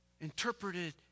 interpreted